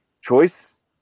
choice